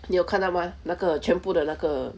你有看到 mah 那个全部的那个